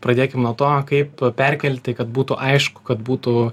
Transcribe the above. pradėkim nuo to kaip perkelti kad būtų aišku kad būtų